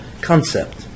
concept